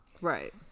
right